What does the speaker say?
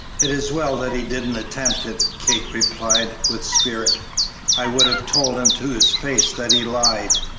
it is well that he didn't attempt it, kate replied, with spirit i would have told him to his face that he lied.